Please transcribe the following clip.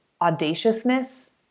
audaciousness